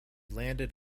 landed